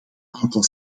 aantal